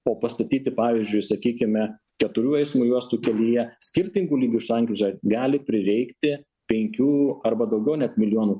buvo pastatyti pavyzdžiui sakykime keturių eismo juostų kelyje skirtingų lygių sankryžą gali prireikti penkių arba daugiau net milijonų